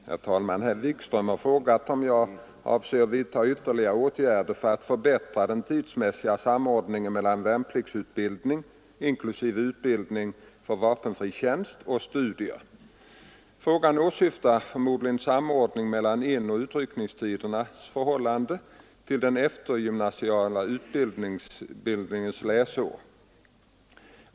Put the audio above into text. Herr talman! Herr Wikström har frågat om jag avser vidta ytterligare åtgärder för att förbättra den tidsmässiga samordningen mellan värnpliktsutbildningen — inklusive utbildningen för vapenfri tjänst — och studier. Frågan åsyftar förmodligen samordningen mellan inoch utryckningstidpunkternas förhållande till den eftergymnasiala utbildningens läsår.